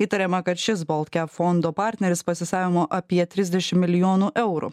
įtariama kad šis boltkep fondo partneris pasisavino apie trisdešim miljonų eurų